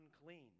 unclean